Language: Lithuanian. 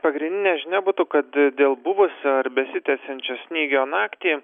pagrindinė žinia būtų kad dėl buvusio ar besitęsiančio snygio naktį